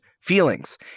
Feelings